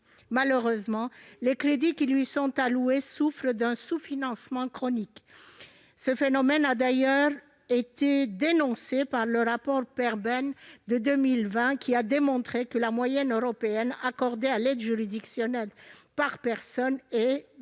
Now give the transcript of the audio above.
Malheureusement, les crédits qui lui sont alloués souffrent d'un sous-financement chronique. Ce phénomène a d'ailleurs été dénoncé par le rapport Perben de 2020, qui a dévoilé que, en moyenne, le montant accordé à l'aide juridictionnelle est de